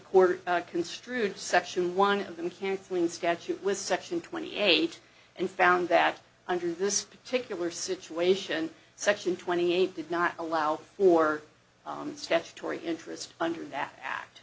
court construed section one of them cancelling statute with section twenty eight and found that under this particular situation section twenty eight did not allow or statutory interest under that act